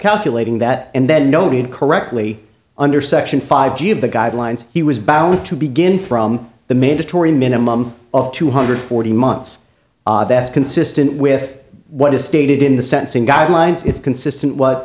calculating that and then noted correctly under section five g of the guidelines he was bound to begin from the mandatory minimum of two hundred forty months that's consistent with what is stated in the sentencing guidelines it's consistent w